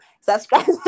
Subscribe